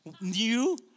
new